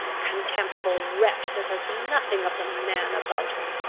contemptible wretch, that has nothing of the man about him!